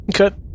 Okay